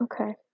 Okay